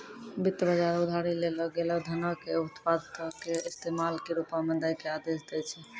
वित्त बजार उधारी लेलो गेलो धनो के उत्पादको के इस्तेमाल के रुपो मे दै के आदेश दै छै